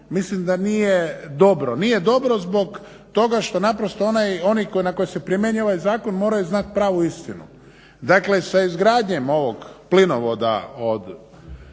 mislim da nije dobro. Nije dobro zbog toga što oni na koje se primjenjuje ovaj zakon moraju znati pravu istinu. Dakle sa izgradnjom ovog plinovoda od